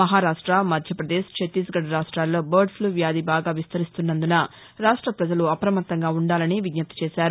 మహారాష్ట్ర మధ్యపదేశ్ ఛత్తీస్గడ్ రాష్ట్రాల్లో bird flu వ్యాధి బాగా విస్తరిస్తున్నందున రాష్ట ప్రజలు అప్రమత్తంగా ఉండాలని విజ్జప్తి చేశారు